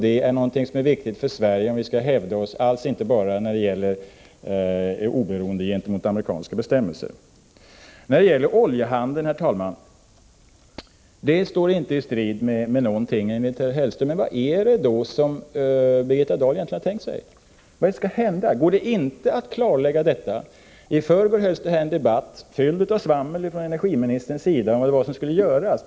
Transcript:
Det är viktigt för Sverige för att vi skall kunna hävda oss, inte bara när det gäller oberoende gentemot amerikanska bestämmelser. Oljehandeln och en reglering av denna står enligt herr Hellström inte i strid mot gällande principer. Men vad är det egentligen som Birgitta Dahl har tänkt sig? Vad är det som skall hända? Är det inte möjligt att klarlägga detta? I förrgår hölls det här en debatt, fylld av svammel från energiministerns sida om vad som skulle göras.